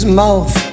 mouth